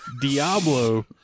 Diablo